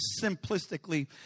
simplistically